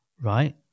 right